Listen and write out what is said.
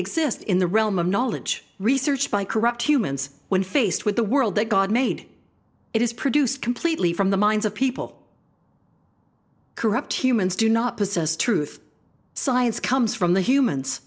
exist in the realm of knowledge research by corrupt humans when faced with the world that god made it is produced completely from the minds of people corrupt humans do not possess truth science comes from the humans